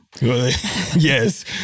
Yes